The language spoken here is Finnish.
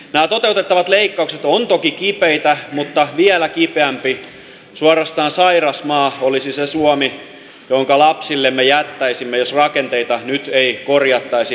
nämä toteutettavat leikkaukset ovat toki kipeitä mutta vielä kipeämpi suorastaan sairas maa olisi se suomi jonka lapsillemme jättäisimme jos rakenteita nyt ei korjattaisi